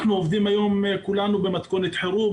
אנחנו עובדים היום כולנו במתכונת חירום,